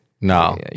No